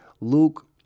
Luke